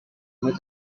muri